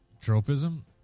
Tropism